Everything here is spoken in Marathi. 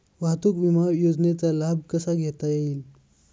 वाहतूक विमा योजनेचा लाभ कसा घेता येईल?